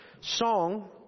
song